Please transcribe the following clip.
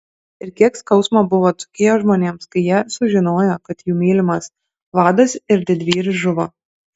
ir kiek skausmo buvo dzūkijos žmonėms kai jie sužinojo kad jų mylimas vadas ir didvyris žuvo